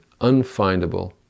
unfindable